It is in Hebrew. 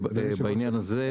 בעניין הזה.